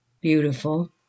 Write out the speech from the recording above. beautiful